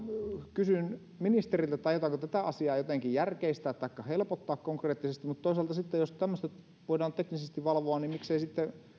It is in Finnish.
kysyn ministeriltä aiotaanko tätä asiaa jotenkin järkeistää taikka helpottaa konkreettisesti mutta toisaalta sitten jos tämmöistä voidaan teknisesti valvoa niin miksei sitten